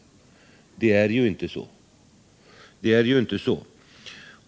Men det förhåller sig ju inte så.